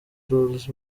rolls